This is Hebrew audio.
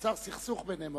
נוצר סכסוך ביניהם,